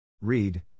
Read